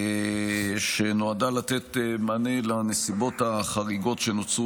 שנועדה לתת מענה לנסיבות החריגות שנוצרו